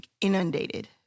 inundated